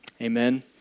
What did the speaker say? Amen